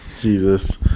Jesus